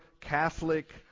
Catholic